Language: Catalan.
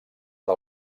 del